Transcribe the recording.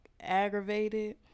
aggravated